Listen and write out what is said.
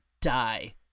die